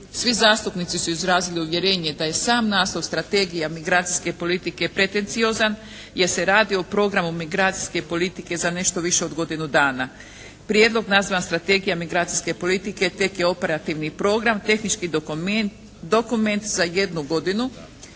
Svi zastupnici su izrazili uvjerenje da je sam naslov Strategija migracijske politike pretenciozan jer se radi o Programu migracijske politike za nešto više od godinu dana. Prijedlog nazvan Strategija migracijske politike tek je operativni program, tehnički dokument za jednu godinu